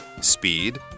Speed